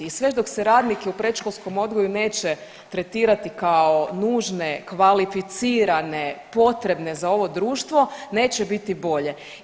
I sve dok se radnike u predškolskom odgoju neće tretirati kao nužne kvalificirane, potrebne za ovo društvo neće biti bolje.